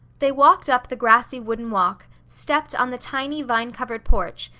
they walked up the grassy wooden walk, stepped on the tiny, vine-covered porch,